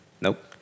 Nope